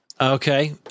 Okay